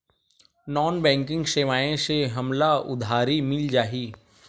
Non banking सेवाएं से हमला उधारी मिल जाहि?